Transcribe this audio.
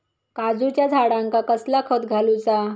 काजूच्या झाडांका कसला खत घालूचा?